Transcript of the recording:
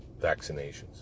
vaccinations